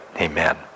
amen